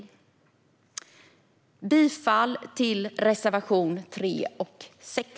Jag yrkar bifall till reservationerna 3 och 6.